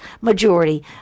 majority